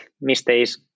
mistakes